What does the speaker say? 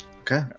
Okay